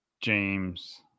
James